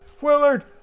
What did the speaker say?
Willard